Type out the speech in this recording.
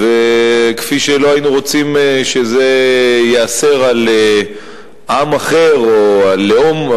וכפי שלא היינו רוצים שזה ייאסר על עם אחר או על לאום,